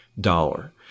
dollar